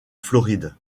floride